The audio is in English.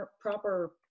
proper